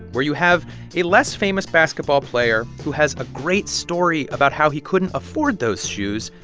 where you have a less famous basketball player who has a great story about how he couldn't afford those shoes.